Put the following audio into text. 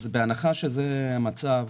בהנחה שזה המצב,